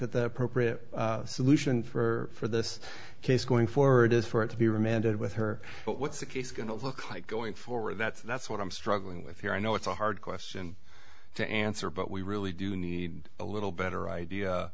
that the appropriate solution for this case going forward is for it to be remanded with her but what's that case going to look like going forward that's that's what i'm struggling with here i know it's a hard question to answer but we really do need a little better idea